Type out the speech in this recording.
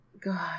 god